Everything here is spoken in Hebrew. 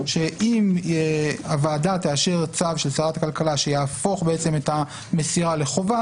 שאם הוועדה תאשר צו של שרת הכלכלה שיהפוך את המסירה לחובה